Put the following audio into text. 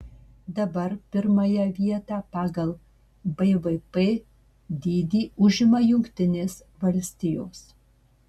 dabar pirmąją vietą pagal bvp dydį užima jungtinės valstijos